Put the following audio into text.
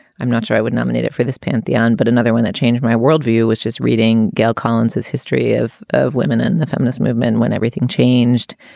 i'm not sure i would nominate it for this pantheon, but another one that changed my worldview, which is reading gail collins, is history of of women in the feminist movement when everything changed.